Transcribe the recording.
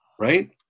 right